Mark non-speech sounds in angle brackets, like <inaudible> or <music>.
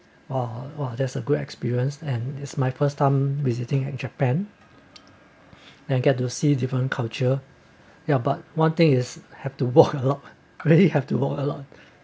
!wah! !wah! that's a good experience and it's my first time visiting japan then get to see different culture ya but one thing is have to walk a lot <laughs> really have to walk a lot